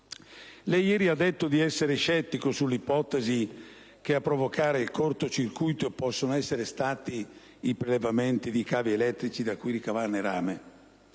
lei ieri ha detto di essere scettico sull'ipotesi che a provocare il corto circuito possano essere stati i prelevamenti di cavi elettrici da cui ricavare rame.